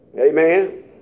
Amen